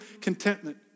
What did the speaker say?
contentment